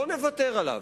לא נוותר עליו.